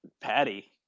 Patty